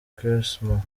quaresma